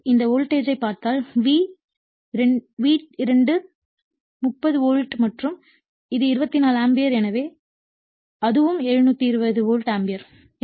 எனவே இந்த வோல்டேஜ் ஐ பார்த்தால் வி 2 30 வோல்ட் மற்றும் இது 24 ஆம்பியர் எனவே அதுவும் 720 வோல்ட் ஆம்பியர்